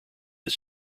its